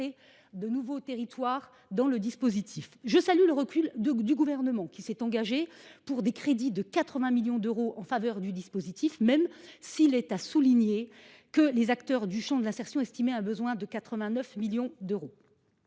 de nouveaux territoires dans le dispositif. Je salue le recul du Gouvernement, qui s’est engagé sur des crédits de 80 millions d’euros en faveur du dispositif – il est à souligner néanmoins que les acteurs du champ de l’insertion estimaient le besoin à 89 millions d’euros.